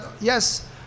yes